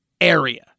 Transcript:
area